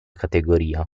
categoria